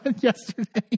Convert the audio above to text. yesterday